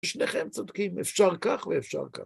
שניכם צודקים, אפשר כך ואפשר כך.